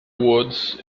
woods